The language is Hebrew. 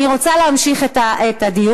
אני רוצה להמשיך את הדיון.